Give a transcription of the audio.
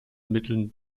mitteln